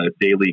Daily